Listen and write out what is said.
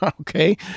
okay